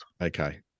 Okay